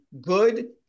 good